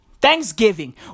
Thanksgiving